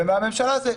ומהממשלה זה: